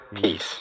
peace